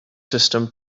system